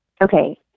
okay